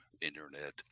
Internet